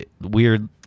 weird